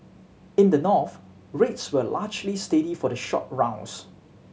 in the North rates were largely steady for the short rounds